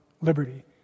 liberty